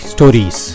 Stories